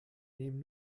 nehmen